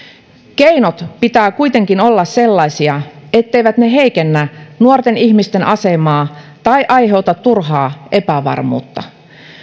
keinojen pitää kuitenkin olla sellaisia etteivät ne heikennä nuorten ihmisten asemaa tai aiheuta turhaa epävarmuutta